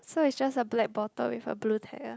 so is just a black bottle with a blue tag ah